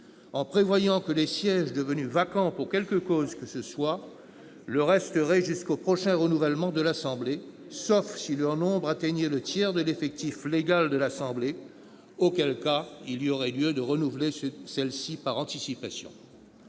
Désormais, les sièges devenus vacants pour quelque cause que ce soit le resteront jusqu'au prochain renouvellement de l'assemblée, sauf si leur nombre atteint le tiers de l'effectif légal de l'assemblée, auquel cas il y aurait lieu de renouveler cette dernière par anticipation.